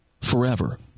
forever